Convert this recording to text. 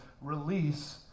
release